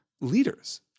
leaders